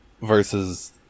versus